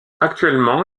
actuellement